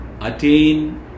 attain